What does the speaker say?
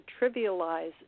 trivialize